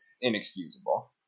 inexcusable